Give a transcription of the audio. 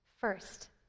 first